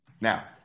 Now